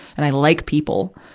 and i like people.